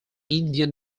indian